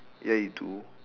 ya you do